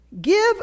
Give